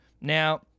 Now